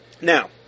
Now